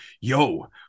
yo